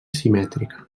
simètrica